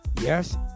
Yes